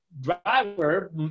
driver